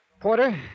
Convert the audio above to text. Porter